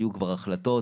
היו כבר החלטות,